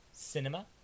cinema